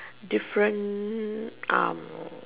different um